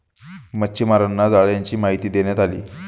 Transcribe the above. मच्छीमारांना जाळ्यांची माहिती देण्यात आली